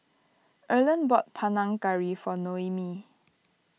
Erland bought Panang Curry for Noemie